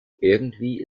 irgendwie